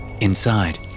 Inside